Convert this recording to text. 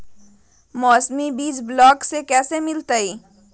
मौसमी बीज ब्लॉक से कैसे मिलताई?